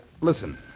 Listen